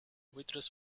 waitress